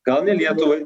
gal ne lietuvai